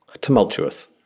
tumultuous